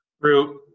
Root